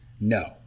no